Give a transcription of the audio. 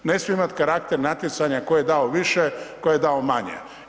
Ne smije imati karakter natjecanja tko je dao više, tko je dao manje.